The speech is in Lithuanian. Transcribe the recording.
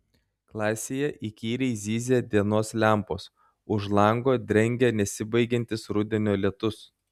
klasėje įkyriai zyzia dienos lempos už lango drengia nesibaigiantis rudenio lietus